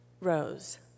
rose